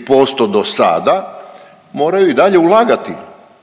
43% do sada moraju i dalje ulagati.